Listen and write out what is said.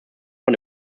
von